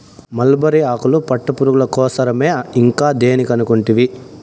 mulberry ఆకులు పట్టుపురుగుల కోసరమే ఇంకా దేని కనుకుంటివి